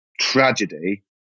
tragedy